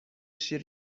شیر